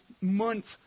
months